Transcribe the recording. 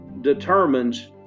determines